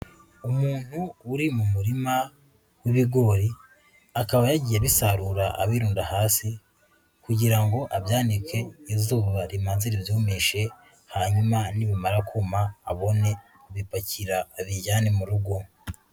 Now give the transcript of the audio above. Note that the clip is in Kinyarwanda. Umuntu uri mu murima w'ibigori, akaba yagiye abisarura abirunda hasi kugira ngo abyanike izuba rimanze ribyumishe hanyuma nibamara kuma, abone bipakira abijyane mu rugo.